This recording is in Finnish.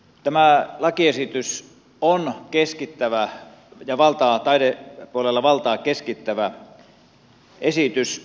tämä lakiesitys on taidepuolella valtaa keskittävä esitys